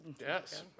Yes